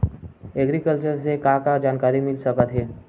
Agriculture से का का जानकारी मिल सकत हे?